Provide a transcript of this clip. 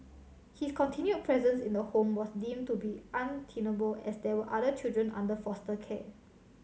his continued presence in the home was deemed to be untenable as there were other children under foster care